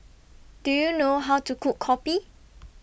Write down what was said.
Do YOU know How to Cook Kopi